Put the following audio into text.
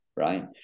Right